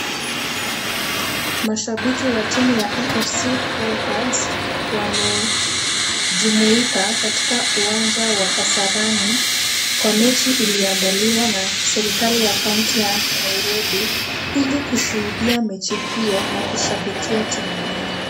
Mashabiki wa timu wa AFC leopards wamechumuika katika uwancha wa kasarani kwa mechi iliyoandaliwa na serikali ya kaunti ya Nairobi ili kushuhudia mechi hiyo na kushabikia timu yao